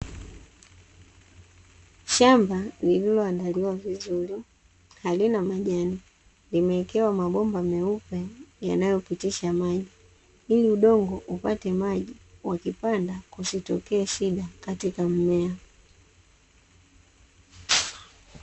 Shamba lililoandaliwa vizuri halina majani, limewekewa mabomba meupe yanayopitisha maji ili udongo upate maji wakipanda kusitokee shida katika mmea.